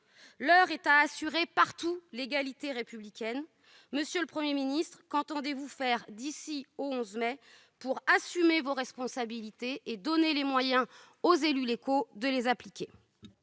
l'heure est à assurer partout l'égalité républicaine. Monsieur le Premier ministre, qu'entendez-vous faire d'ici au 11 mai pour assumer vos responsabilités et donner les moyens aux élus locaux de les appliquer ?